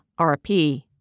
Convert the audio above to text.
RP